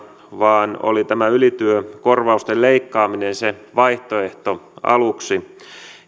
vaan oli tämä ylityökor vausten leikkaaminen se vaihtoehto aluksi